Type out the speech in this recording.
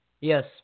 Yes